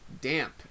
damp